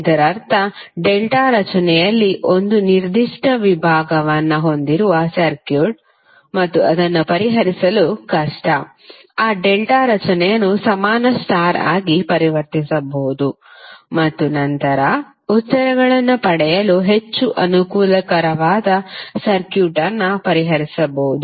ಇದರರ್ಥ ಡೆಲ್ಟಾ ರಚನೆಯಲ್ಲಿ ಒಂದು ನಿರ್ದಿಷ್ಟ ವಿಭಾಗವನ್ನು ಹೊಂದಿರುವ ಸರ್ಕ್ಯೂಟ್ ಮತ್ತು ಅದನ್ನು ಪರಿಹರಿಸಲು ಕಷ್ಟ ಆ ಡೆಲ್ಟಾ ರಚನೆಯನ್ನು ಸಮಾನ ಸ್ಟಾರ್ ಆಗಿ ಪರಿವರ್ತಿಸಬಹುದು ಮತ್ತು ನಂತರ ಉತ್ತರಗಳನ್ನು ಪಡೆಯಲು ಹೆಚ್ಚು ಅನುಕೂಲಕರವಾದ ಸರ್ಕ್ಯೂಟ್ ಅನ್ನು ಪರಿಹರಿಸಬಹುದು